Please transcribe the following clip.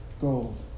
gold